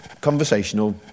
conversational